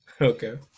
Okay